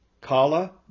Kala